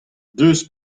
deus